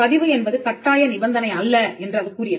பதிவு என்பது கட்டாய நிபந்தனை அல்ல என்று அது கூறியது